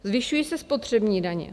Zvyšují se spotřební daně.